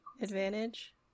advantage